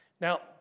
Now